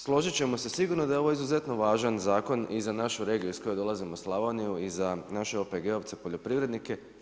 Složit ćemo se sigurno da je ovo izuzetno važan zakon i za našu regiju iz koje dolazimo Slavoniju i za naše OPG-ovce poljoprivrednike.